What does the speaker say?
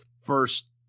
first –